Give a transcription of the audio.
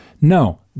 No